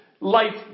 life